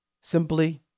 Simply